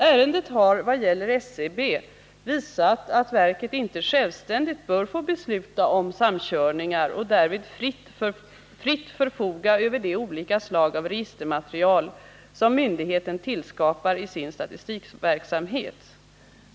Ärendet har vad gäller SCB visat att verket inte självständigt bör få besluta om samkörningar och därvid fritt förfoga över de olika slag av registermaterial, som myndigheten tillskapar i sin statistikverksamhet.